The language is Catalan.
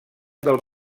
del